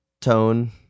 tone